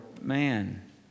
man